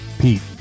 Pete